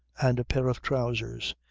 and a pair of trousers.